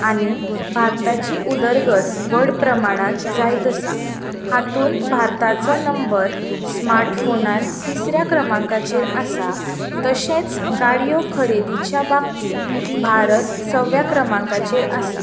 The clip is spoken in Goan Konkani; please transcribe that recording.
आनी भारताची उदरगत व्हड प्रमाणात जायत आसा हातूंत भारताचो नंबर स्मार्ट फॉनांत तिसऱ्या क्रमांकाचेर आसा तशेंच गाडयो खरेदीच्या बाबतींत भारत सव्या क्रमांकाचेर आसा